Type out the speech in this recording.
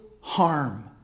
harm